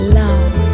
love